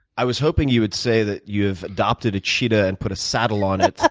i was hoping you would say that you have adopted a cheetah and put a saddle on it